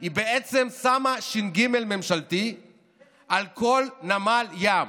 זה בעצם לשים ש"ג ממשלתי על כל נמל ים,